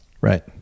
right